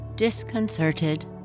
Disconcerted